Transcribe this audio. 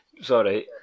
sorry